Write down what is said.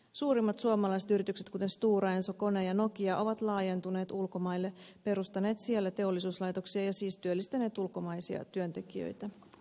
suurimmat suomalaiset yritykset kuten stora enso kone ja nokia ovat laajentuneet ulkomaille perustaneet siellä teollisuuslaitoksia ja siis työllistäneet ulkomaisia työntekijöitä